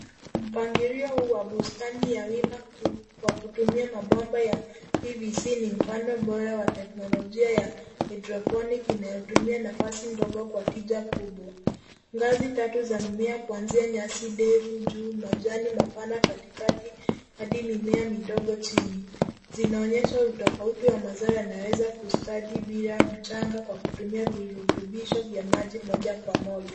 Mpangilio huu wa bustani ya wima kuu, kwa kutumia mabomba ya PVC ni mfano bora wa teknolojia ya hydroponic inayotumia nafasi ndogo kwa tija kubwa. Ngazi tatu za mimea kuanzia nyasi ndefu juu majani mapana katikati hadi mimea midogo chini, zinaonyesha utofauti wa mazao yanayoweza kustadi bila mchanga kwa kutumia virutubisho vya maji moja kwa moja.